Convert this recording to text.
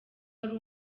wari